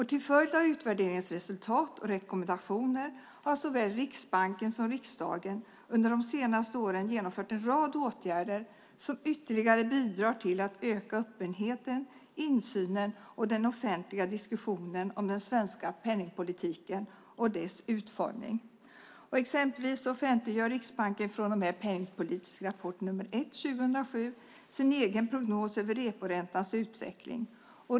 Till följd av utvärderingens resultat och rekommendationer har såväl Riksbanken som riksdagen under de senaste åren genomfört en rad åtgärder som ytterligare bidrar till att öka öppenheten, insynen och den offentliga diskussionen om den svenska penningpolitiken och dess utformning. Exempelvis offentliggör Riksbanken från och med Penningpolitisk rapport nr 1 2007 sin egen prognos över reporäntans utveckling.